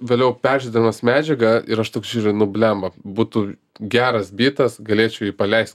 vėliau peržiūrėdamas medžiagą ir aš toks žiūriu nu blemba būtų geras bytas galėčiau jį paleist